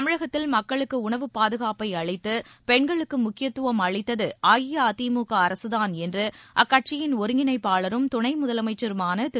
தமிழகத்தில் மக்களுக்கு உணவுப் பாதுகாப்பை அளித்து பெண்களுக்கு முக்கியத்துவம் அளித்தது அஇஅதிமுக அரசுதான் என்று அக்கட்சியின் ஒருங்கிணைப்பாளரும் துணை முதலமைச்சருமான திரு